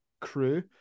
crew